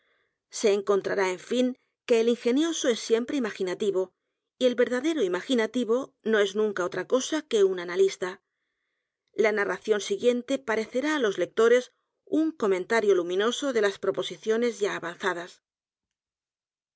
se encontrará en fin que el ingenioso es siempre imaginativo y el verdadero imaginativo no es nunca otra cosa que un analista la narración siguiente parecerá á los lectores un comentario luminoso de las proposiciones ya avanzadas